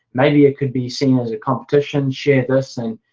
maybe it could be seen as a competition share this and